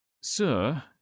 Sir